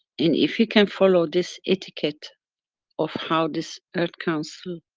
and if you can follow this etiquette of how this earth council,